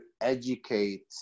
educate